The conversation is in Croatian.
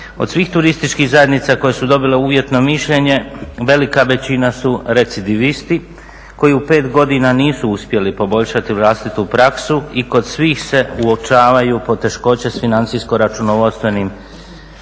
Od svih turističkih zajednica koje su dobile uvjetno mišljenje velika većina su recidivisti koji u 5 godina nisu uspjeli poboljšati vlastitu praksu i kod svih se uočavaju poteškoće s financijsko-računovodstvenim sustavom